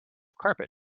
carpet